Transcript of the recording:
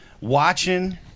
watching